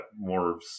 more